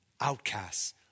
outcasts